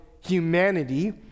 humanity